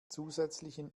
zusätzlichen